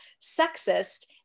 sexist